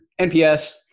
NPS